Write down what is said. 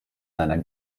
seiner